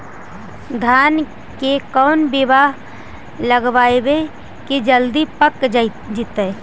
धान के कोन बियाह लगइबै की जल्दी पक जितै?